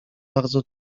bardzo